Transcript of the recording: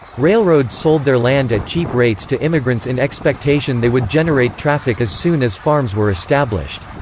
railroads sold their land at cheap rates to immigrants in expectation they would generate traffic as soon as farms were established.